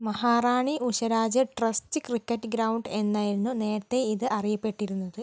മഹാറാണി Usharaja trust cricket ground എന്നായിരുന്നു നേരത്തെ ഇത് അറിയപ്പെട്ടിരുന്നത്